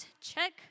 check